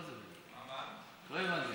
מה שאלת?